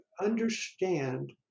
understand